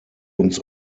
uns